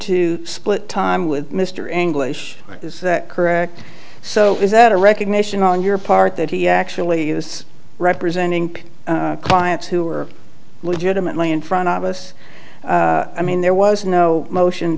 to split time with mr anguish is that correct so is that a recognition on your part that he actually is representing clients who are legitimately in front of us i mean there was no motion